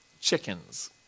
chickens